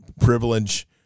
privilege